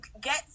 get